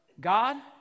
god